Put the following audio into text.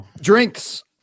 Drinks